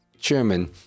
chairman